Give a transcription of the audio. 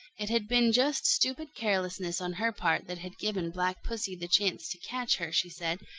it had been just stupid carelessness on her part that had given black pussy the chance to catch her, she said,